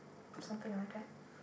something like that